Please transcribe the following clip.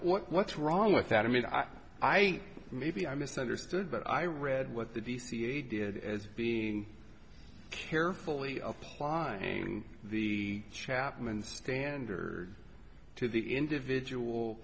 the what's wrong with that i mean i i think maybe i misunderstood but i read what the dca did as being carefully applying the chapmans standard to the individual